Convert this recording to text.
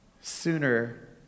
sooner